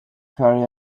hurry